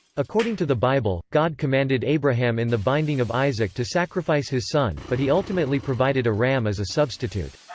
according to the bible, god commanded abraham in the binding of isaac to sacrifice his son, but he ultimately provided a ram as a substitute.